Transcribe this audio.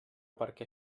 perquè